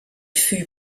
fut